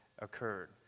occurred